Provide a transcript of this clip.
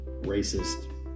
racist